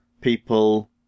people